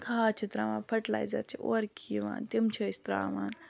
کھاد چھِ ترٛاوان فٔٹلایزَر چھِ اورٕکی یِوان تِم چھِ أسۍ ترٛاوان